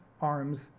arms